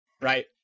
Right